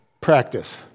practice